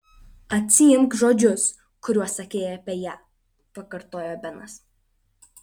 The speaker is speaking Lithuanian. atsiimk žodžius kuriuos sakei apie ją pakartojo benas